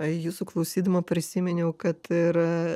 jūsų klausydama prisiminiau kad ir